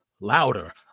louder